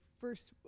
first